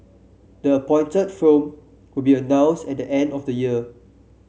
the appointed firm will be announced at the end of the year